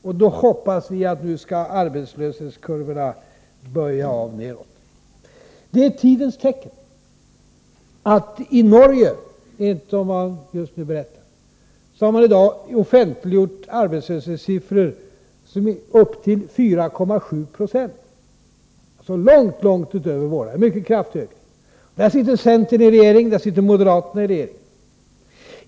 Vi hoppas nu att arbetslöshetskurvorna skall böja av nedåt. Det är ett tidens tecken att det i Norge i dag, enligt vad man just berättar, har offentliggjorts arbetslöshetssiffror som visar att arbetslösheten är uppe i 4,7 Jo. Det är långt över våra siffror och en mycket kraftig ökning. I Norge sitter centern och moderaterna i regering.